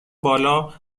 بالا